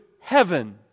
heaven